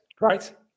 right